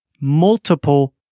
multiple